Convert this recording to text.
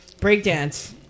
breakdance